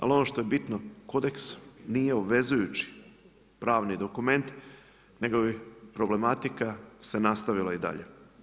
Ali ono što je bitno kodeks nije obvezujući pravni dokument nego se problematika nastavila i dalje.